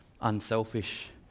unselfish